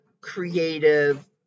creative